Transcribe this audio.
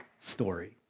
story